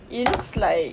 it looks like